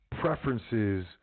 preferences